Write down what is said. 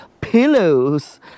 pillows